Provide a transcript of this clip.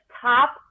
top